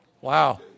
wow